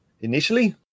initially